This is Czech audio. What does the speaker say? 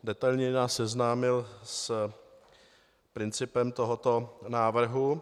Detailněji nás seznámil s principem tohoto návrhu.